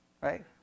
Right